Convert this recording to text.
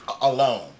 alone